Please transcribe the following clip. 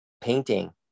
painting